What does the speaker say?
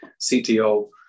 CTO